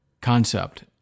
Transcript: concept